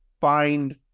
find